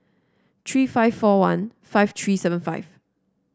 three five four one five three seven five